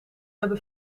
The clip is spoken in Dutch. hebben